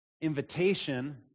invitation